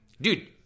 dude